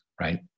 right